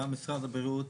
וגם משרד הבריאות,